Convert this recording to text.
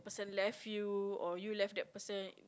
left you or you left that person